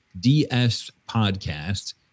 DSPODCAST